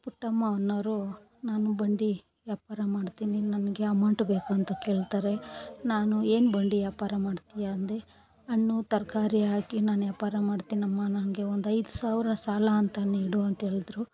ಪುಟ್ಟಮ್ಮ ಅನ್ನೋರು ನಾನು ಬಂಡಿ ವ್ಯಾಪಾರ ಮಾಡ್ತಿನಿ ನನಗೆ ಅಮೌಂಟ್ ಬೇಕಂತ ಕೇಳ್ತಾರೆ ನಾನು ಏನು ಬಂಡಿ ವ್ಯಾಪಾರ ಮಾಡ್ತೀಯ ಅಂದೆ ಹಣ್ಣು ತರಕಾರಿ ಹಾಕಿ ನಾನು ವ್ಯಾಪಾರ ಮಾಡ್ತೀನಮ್ಮ ನನಗೆ ಒಂದು ಐದು ಸಾವಿರ ಸಾಲ ಅಂತ ನೀಡು ಅಂತೇಳಿದ್ರು